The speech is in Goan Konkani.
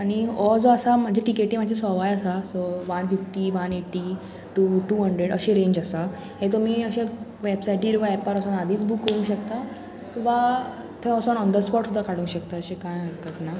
आनी हो जो आसा म्हजे टिकेटी म्हाजी सवाय आसा सो one fifty one eighty two two hundred अशे रेंज आसा हे तुमी अशे वेबसायटीर वा एपार वोसोन आदीच बूक करूंक शकता वा थंय वोसोन ऑन द स्पोट सुद्दा काडूंक शकता अशें कांय हरकत ना